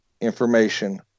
information